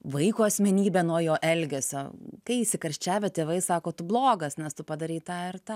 vaiko asmenybę nuo jo elgesio kai įsikarščiavę tėvai sako tu blogas nes tu padarei tą ir tą